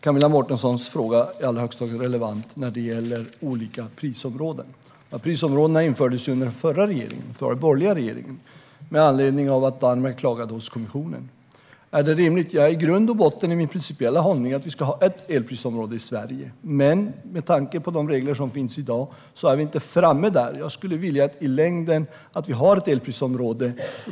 Camilla Mårtensens fråga är i allra högsta grad relevant när det gäller olika prisområden. Prisområdena infördes under den förra borgerliga regeringen med anledning av att Danmark klagade hos kommissionen. Är det rimligt? I grund och botten är min principiella hållning att vi ska ha ett elprisområde i Sverige. Men med tanke på de regler som finns i dag är vi inte framme där. Jag skulle vilja att vi i längden har ett elprisområde.